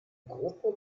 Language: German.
gruppe